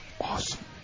Awesome